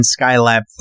Skylab